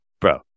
bro